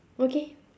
okay